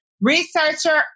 researcher